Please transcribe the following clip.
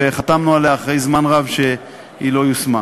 וחתמנו עליה אחרי זמן רב שהיא לא יושמה.